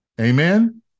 Amen